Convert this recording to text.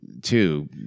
Two